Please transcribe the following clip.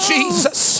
Jesus